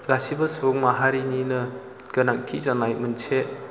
गासिबो सुबुं माहारिनिनो गोनांथि जानाय मोनसे